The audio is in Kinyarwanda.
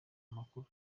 amakuru